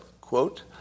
Quote